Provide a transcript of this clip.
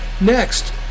next